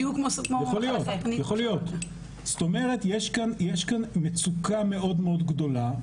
זאת אומרת, יש כאן מצוקה מאוד גדולה.